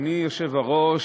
אדוני היושב-ראש,